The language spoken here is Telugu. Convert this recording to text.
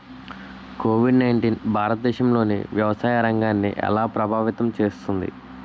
కోవిడ్ నైన్టీన్ భారతదేశంలోని వ్యవసాయ రంగాన్ని ఎలా ప్రభావితం చేస్తుంది?